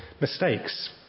mistakes